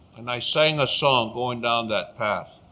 and i sang a song going down that path.